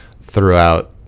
throughout